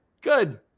Good